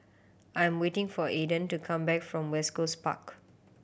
I am waiting for Aidyn to come back from West Coast Park